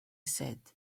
said